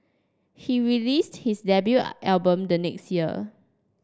he released his debut album the next year